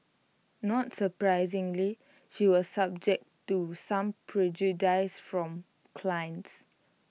not surprisingly she was subject to some prejudice from clients